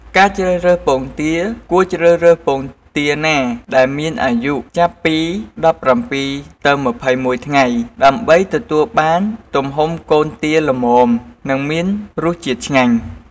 ការជ្រើសរើសពងទា គួរជ្រើសរើសពងទាណាដែលមានអាយុចាប់ពី ១៧ ទៅ ២១ ថ្ងៃ ដើម្បីទទួលបាន ទំហំកូនទាល្មម និងមានរសជាតិឆ្ងាញ់ ។